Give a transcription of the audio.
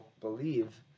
believe